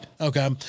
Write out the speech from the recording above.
okay